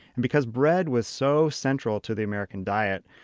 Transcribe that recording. and because bread was so central to the american diet,